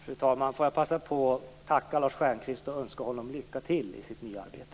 Fru talman! Får jag passa på att tacka Lars Stjernkvist och önska honom lycka till i sitt nya arbete.